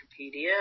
Wikipedia